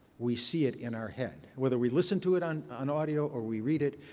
we see it in our head. whether we listen to it on on audio or we read it,